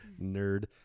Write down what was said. nerd